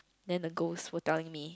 then the gods was telling me